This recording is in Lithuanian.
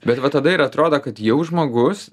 bet va tada ir atrodo kad jau žmogus